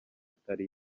atari